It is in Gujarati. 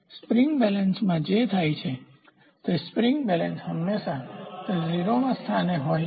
સ્પ્રીંગ બેલેન્સમાં જે થાય છે તે સ્પ્રીંગ બેલેન્સ હંમેશા તે 0 મા સ્થાને હોય છે